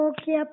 Okay